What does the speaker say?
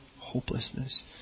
hopelessness